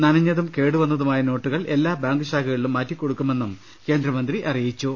നനഞ്ഞതും കേടുവന്നതുമായ നോട്ടു കൾ എല്ലാ ബാങ്ക് ശാഖകളിലും മാറ്റി നൽകുമെന്നും കേന്ദ്രമന്ത്രി അറിയിച്ചു